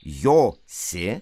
jo si